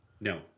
No